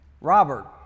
Robert